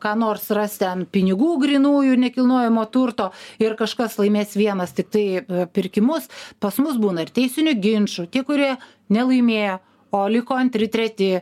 ką nors ras ten pinigų grynųjų nekilnojamo turto ir kažkas laimės vienas tiktai pirkimus pas mus būna ir teisinių ginčų tie kurie nelaimėjo o liko antri treti